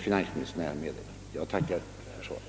finansministern här har meddelat. Jag tackar ånyo för svaret.